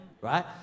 Right